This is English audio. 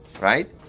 right